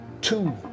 two